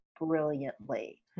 brilliantly